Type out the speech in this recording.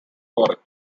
warrant